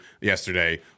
yesterday